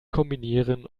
kombinieren